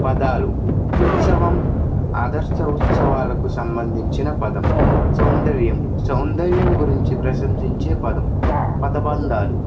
పదాలు ఉత్సవం ఆదర్శ ఉత్సవాలకు సంబంధించిన పదం సౌందర్యం సౌందర్యం గురించి ప్రశంసించే పదం పదబంధాలు